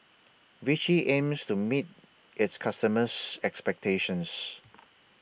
Vichy aims to meet its customers' expectations